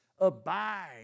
Abide